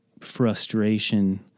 frustration